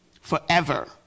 forever